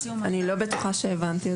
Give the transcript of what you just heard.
אני לא בטוחה שהבנתי.